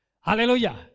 Hallelujah